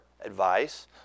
advice